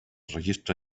registre